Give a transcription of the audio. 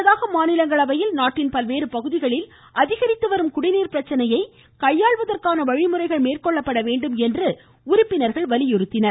முன்னதாக மாநிலங்களவையில் நாட்டின் பல்வேறு பகுதிகளில் அதிகரித்து வரும் குடிநீர் பிரச்சனையை கையாள்வதற்கான வழிமுறைகள் மேற்கொள்ளப்பட வேண்டும் என்று மாநிலங்களவை உறுப்பினர்கள் வலியுறுத்தியுள்ளனர்